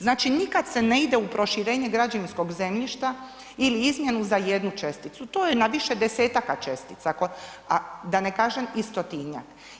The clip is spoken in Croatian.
Znači nikad se ne ide u proširenje građevinskog zemljišta ili izmjenu za jednu česticu, to je na više desetaka čestica, a da ne kažem i 100-tinjak.